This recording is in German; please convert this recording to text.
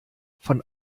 von